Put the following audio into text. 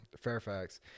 Fairfax